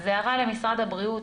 אז הערה למשרד הבריאות,